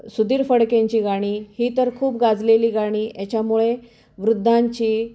सुधीर फडकेंची गाणी ही तर खूप गाजलेली गाणी याच्यामुळे वृद्धांची